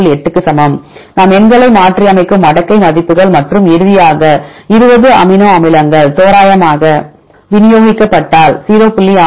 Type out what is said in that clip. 8 க்கு சமம் நாம் எண்களை மாற்றியமைக்கும் மடக்கை மதிப்புகள் மற்றும் இறுதியாக 20 வெவ்வேறு அமினோ அமிலங்கள் தோராயமாக விநியோகிக்கப்பட்டால் 0